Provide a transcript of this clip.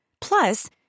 Plus